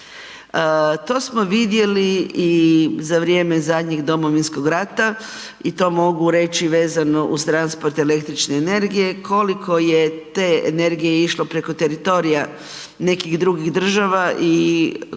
To smo vidjeli i za vrijeme zadnjeg Domovinskog rata i to mogu reći vezano uz transport električne energije koliko je te energije išlo preko teritorija nekih drugih država i koje